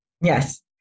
Yes